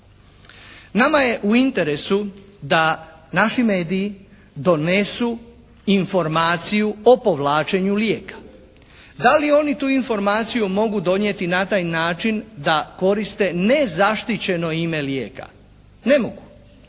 Nama je u interesu da naši mediji donesu informaciju o povlačenju lijeka. Da li oni tu informaciju mogu donijeti na taj način da koriste nezaštićeno ime lijeka? Ne mogu.